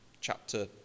chapter